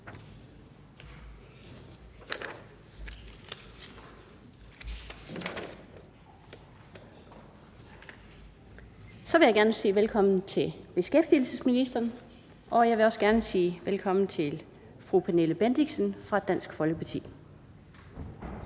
Så vil jeg gerne sige velkommen til beskæftigelsesministeren, og jeg vil også gerne sige velkommen til fru Pernille Bendixen fra Dansk Folkeparti.